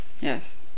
Yes